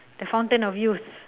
the fountain of youth